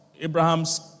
Abraham's